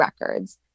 records